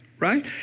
Right